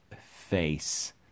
face